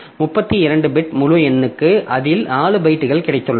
32 bit முழு எண்களுக்கு அதில் 4 பைட்டுகள் கிடைத்துள்ளன